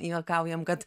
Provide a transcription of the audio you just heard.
juokaujam kad